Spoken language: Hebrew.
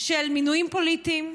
של מינויים פוליטיים.